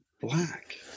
black